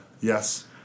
Yes